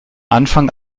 anfang